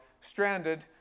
stranded